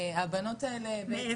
מאיפה.